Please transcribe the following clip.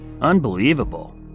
Unbelievable